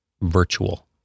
virtual